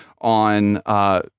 on